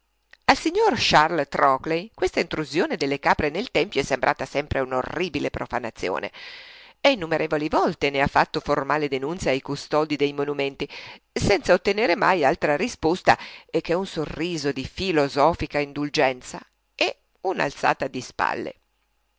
al signor charles trockley questa intrusione delle capre nel tempio è sembrata sempre un'orribile profanazione e innumerevoli volte ne ha fatto formale denunzia ai custodi dei monumenti senza ottener mai altra risposta che un sorriso di filosofica indulgenza e un'alzata di spalle